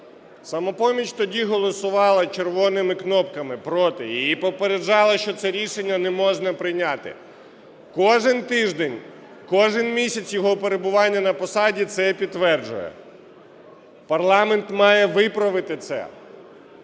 "Самопоміч" тоді голосувала червоними кнопками проти, і попереджали, що це рішення не можна прийняти. Кожен тиждень, кожен місяць його перебування на посаді це підтверджує. Парламент має виправити це.